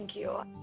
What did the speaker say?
you.